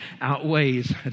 outweighs